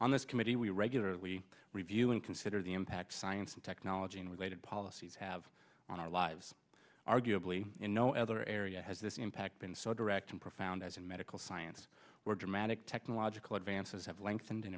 this committee we regularly review and consider the impact science and technology related policies have on our lives arguably in no other area has this impact been so direct and profound as in medical science where dramatic technological answers have lengthened